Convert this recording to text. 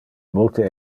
multe